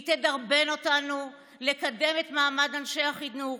היא תדרבן אותנו לקדם את מעמד אנשי החינוך,